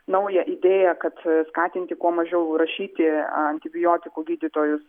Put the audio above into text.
naują idėją kad skatinti kuo mažiau rašyti antibiotikų gydytojus